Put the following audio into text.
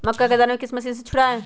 मक्का के दानो को किस मशीन से छुड़ाए?